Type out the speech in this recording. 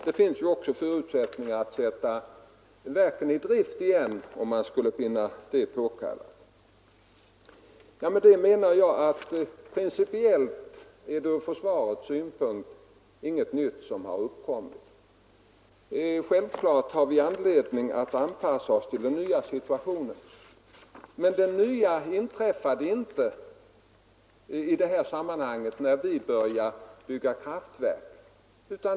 Det finns även förutsättningar att sätta verken i drift igen, om man skulle anse det påkallat. Jag menar att det principiellt ur försvarets synpunkt inte är någon ny situation som uppkommit. Självfallet har vi anledning att anpassa oss till utvecklingen, men det nya i detta sammanhang inträffade inte när vi började bygga kraftverk.